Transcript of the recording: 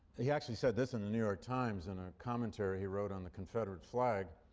he actually said this in the new york times in a commentary he wrote on the confederate flag,